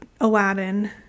aladdin